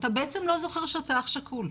ואתה בעצם לא זוכר שאתה אח שכול.